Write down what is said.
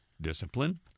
discipline